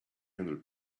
hundred